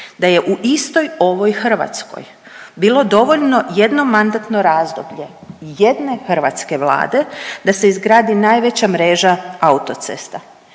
da je u istoj ovoj Hrvatskoj bilo dovoljno jedno mandatno razdoblje jedne hrvatske vlade da se izgradi najveća mreža autocesta.